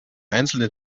einzelnen